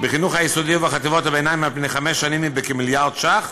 בחינוך היסודי ובחטיבות הביניים על-פני חמש שנים בכמיליארד שקל.